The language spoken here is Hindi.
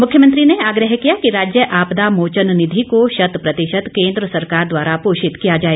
मुख्यमंत्री ने आग्रह किया कि राज्य आपदा मोचन निधि को शत प्रतिशत केंद्र सरकार द्वारा पोषित किया जाए